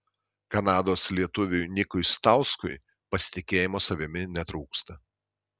kanados lietuviui nikui stauskui pasitikėjimo savimi netrūksta